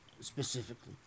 specifically